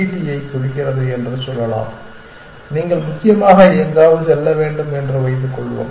D I குறிக்கிறது என்று சொல்லலாம் நீங்கள் முக்கியமாக எங்காவது செல்ல வேண்டும் என்று வைத்துக் கொள்வோம்